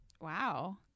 Wow